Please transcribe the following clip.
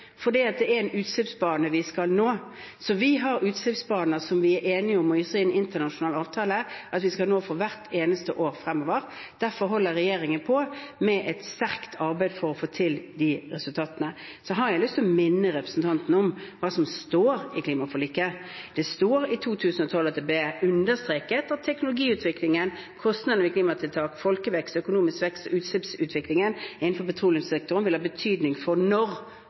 en utslippsbane. Vi har utslippsbaner som vi er enige om i en internasjonal avtale at vi skal nå hvert eneste år fremover. Derfor holder regjeringen på med et sterkt arbeid for å få til de resultatene. Jeg har lyst til å minne representanten om hva som står i klimaforliket. Det står at det – i 2012 – ble understreket at teknologiutviklingen, kostnader ved klimatiltak, folkevekst, økonomisk vekst og utslippsutviklingen innenfor petroleumssektoren vil ha betydning for når